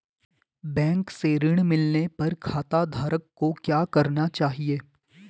Bank से ऋण मिलने पर खाताधारक को क्या करना चाहिए?